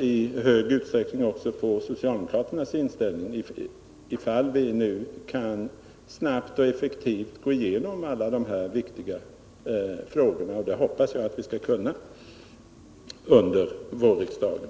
i stor utsträckning beror på socialdemokraternas inställning om vi nu snabbt och effektivt kan gå igenom alla de här viktiga frågorna. Och det hoppas jag att vi skall kunna göra under vårriksdagen.